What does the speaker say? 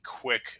quick